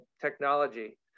technology